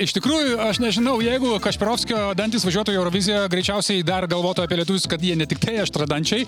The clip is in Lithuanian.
iš tikrųjų aš nežinau jeigu kašpirovskio dantys važiuotų į euroviziją greičiausiai dar galvotų apie lietuvius kad jie ne tiktai aštriadančiai